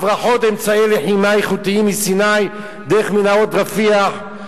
הברחות ואמצעי לחימה איכותיים מסיני דרך מנהרות רפיח,